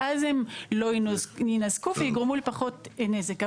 ואז הם לא יינזקו וייגרמו לפחות נזק.